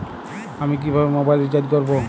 আমি কিভাবে mobile recharge করব?